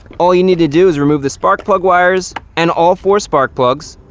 all you need to do is remove the spark plug wires and all four spark plugs.